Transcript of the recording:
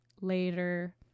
later